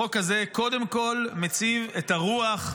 החוק הזה קודם כול מציב את הרוח,